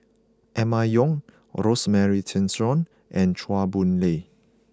Emma Yong Rosemary Tessensohn and Chua Boon Lay